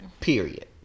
Period